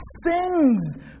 sings